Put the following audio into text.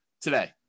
today